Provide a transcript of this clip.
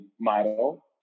model